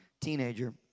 teenager